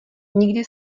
nikdy